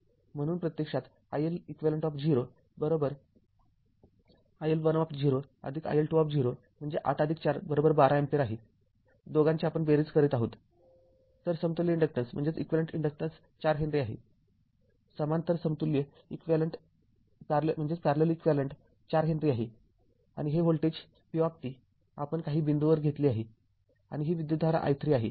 म्हणूनप्रत्यक्षात i Leq iL १० iL२० म्हणजे ८४१२ ampere आहे दोघांची आपण बेरीज करीत आहोत तर समतुल्य इंडक्टन्स ४ हेनरी आहे समांतर समतुल्य ४ हेनरी आहे आणि हे व्होल्टेज v आपण काही बिंदूवर घेतले आहे आणि ही विद्युतधारा i३ आहे